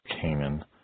Canaan